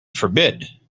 forbid